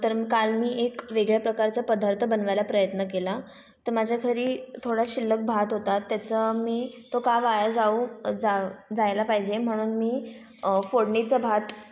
तर काल मी एक वेगळ्या प्रकारचा पदार्थ बनवायला प्रयत्न केला तर माझ्या घरी थोडा शिल्लक भात होता त्याचं मी तो का वाया जावू जाव जायला पाहिजे म्हणून मी फोडणीचा भात